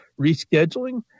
rescheduling